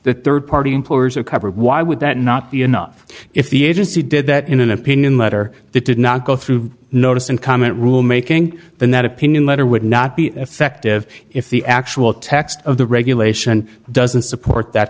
the rd party employers are covered why would that not be enough if the agency did that in an opinion letter that did not go through notice and comment rule making than that opinion letter would not be effective if the actual text of the regulation doesn't support that